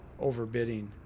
overbidding